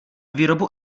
výrobu